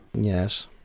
yes